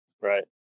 right